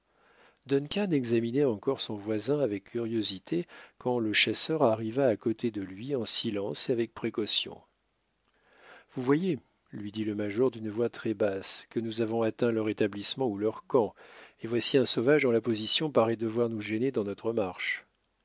examinait encore son voisin avec curiosité quand le chasseur arriva à côté de lui en silence et avec précaution vous voyez lui dit le major d'une voix très basse que nous avons atteint leur établissement ou leur camp et voici un sauvage dont la position paraît devoir nous gêner dans notre marche